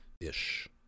ish